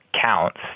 counts